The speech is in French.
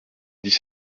dix